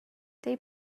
they